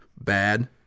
bad